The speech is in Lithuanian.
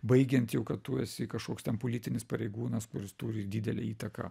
baigiant jau kad tu esi kažkoks ten politinis pareigūnas kuris turi didelę įtaką